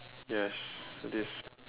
yes this